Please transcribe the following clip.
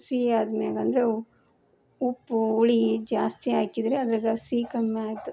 ಸಿಹಿ ಆದ್ಮೆಗಂದರೆ ಉಪ್ಪು ಹುಳಿ ಜಾಸ್ತಿ ಹಾಕಿದ್ರೆ ಅದ್ರಾಗ ಸಿಹಿ ಕಮ್ಮಿ ಆಯ್ತು